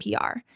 PR